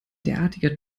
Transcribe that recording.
derartiger